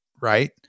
right